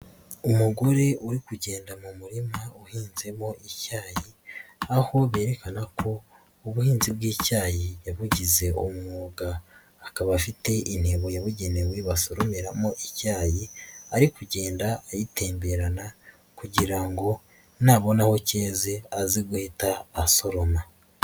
Umugore uri kugenda mu murima uhinzemo icyayi, aho berekana ko ubuhinzi bw'icyayi yabugize umwuga akaba afite intebo yabugenewe basoromeramo icyayi ari kugenda ayitemberana kugira ngo nabona aho cyeze aze guhita asoroma.